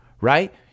right